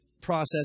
...process